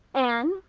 anne,